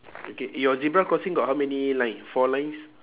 okay your zebra crossing got how many line four lines